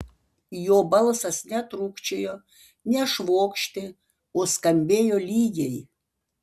jo balsas netrūkčiojo nešvokštė o skambėjo lygiai